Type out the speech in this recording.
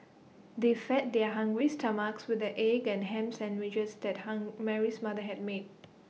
they fed their hungry stomachs with the egg and Ham Sandwiches that Mary's mother had made